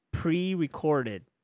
pre-recorded